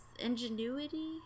ingenuity